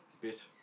bit